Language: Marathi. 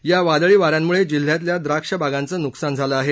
या वादळी वाऱ्यांमुळे जिल्ह्यातल्या द्राक्ष बागांचं नुकसान झालं आहे